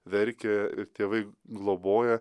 verkia ir tėvai globoja